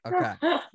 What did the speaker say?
Okay